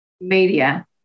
media